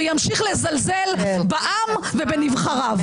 וימשיך לזלזל בעם ובנבחריו.